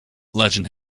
legend